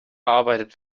arbeitet